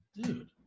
dude